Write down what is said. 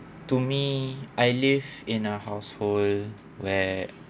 to me I live in a household where